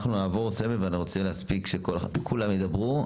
אנחנו נעבור סבב, אני רוצה להספיק שכולם ידברו.